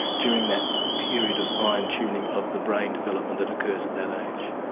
during that period of fine tuning of the brain development that occurs at that age.